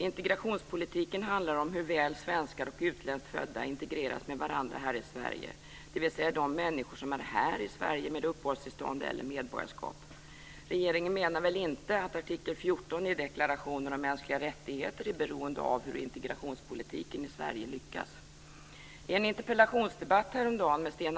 Integrationspolitiken handlar om hur väl svenskar och utländskt födda integreras med varandra här i Sverige, dvs. de människor som är här i Regeringen menar väl inte att artikel 14 i deklarationen om mänskliga rättigheter är beroende av hur integrationspolitiken i Sverige lyckas.